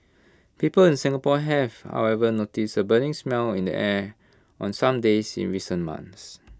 people in Singapore have however noticed A burning smell in the air on some days in recent months